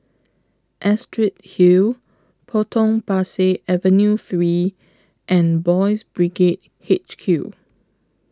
Astrid Hill Potong Pasir Avenue three and Boys Brigade H Q